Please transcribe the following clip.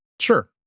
Sure